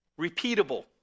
Repeatable